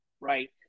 right